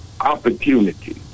opportunity